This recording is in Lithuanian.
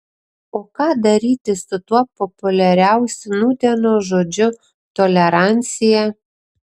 o ką daryti su tuo populiariausiu nūdienos žodžiu tolerancija